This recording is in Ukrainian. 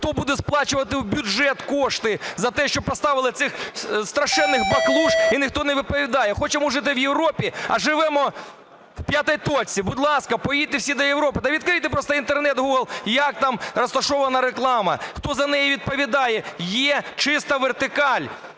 Хто буде сплачувати в бюджет кошти за те, що поставили цих страшенних баклуш, і ніхто не відповідає? Хочемо жити в Європі, а живемо в "п'ятій точці". Будь ласка, поїдьте всі до Європи. Да відкрийте просто інтернет, гугл, як там розташована реклама, хто за неї відповідає. Є чиста вертикаль,